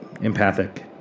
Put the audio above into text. empathic